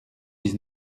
dix